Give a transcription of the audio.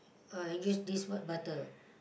uh use this what butter